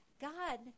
God